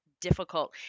difficult